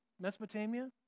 Mesopotamia